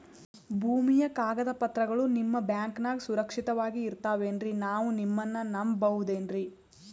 ಭೂಮಿಯ ಕಾಗದ ಪತ್ರಗಳು ನಿಮ್ಮ ಬ್ಯಾಂಕನಾಗ ಸುರಕ್ಷಿತವಾಗಿ ಇರತಾವೇನ್ರಿ ನಾವು ನಿಮ್ಮನ್ನ ನಮ್ ಬಬಹುದೇನ್ರಿ?